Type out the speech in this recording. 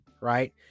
right